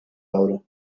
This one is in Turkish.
avro